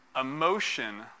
Emotion